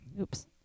oops